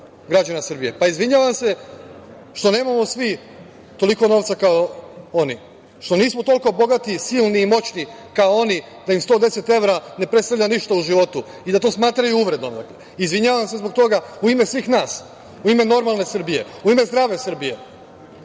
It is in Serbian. građana Srbije. Pa, izvinjavam se što nemamo svi toliko novca kao oni, što nismo toliko bogati, silni i moćni kao oni da im 110 evra ne predstavlja ništa u životu i da to smatraju uvredom. Izvinjavam se zbog toga u ime svih nas, u ime normalne Srbije, u ime zdrave Srbije